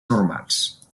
normals